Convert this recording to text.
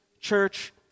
church